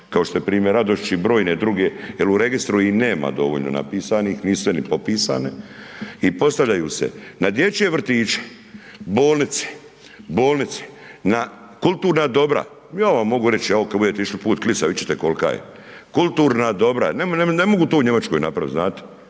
kao što je primjer Radošić i brojne druge jel u registru ih nema dovoljno napisanih, nisu sve ni popisane i postavljaju se na dječje vrtiće, bolnice, bolnice, na kulturna dobra, ja vam mogu reći evo kad budete išli put Klisa vidjet ćete kolka je, kulturna dobra, ne mogu to u Njemačkoj napravit, znate,